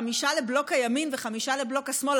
חמישה לבלוק הימין וחמישה לבלוק השמאל,